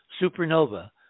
supernova